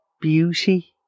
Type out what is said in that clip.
beauty